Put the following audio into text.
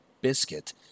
biscuit